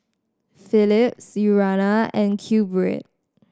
Philips Urana and Q Bread